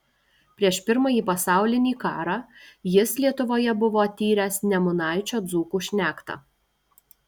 prieš pirmąjį pasaulinį karą jis lietuvoje buvo tyręs nemunaičio dzūkų šnektą